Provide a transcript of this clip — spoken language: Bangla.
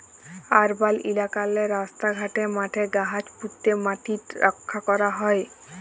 আরবাল ইলাকাললে রাস্তা ঘাটে, মাঠে গাহাচ প্যুঁতে ম্যাটিট রখ্যা ক্যরা হ্যয়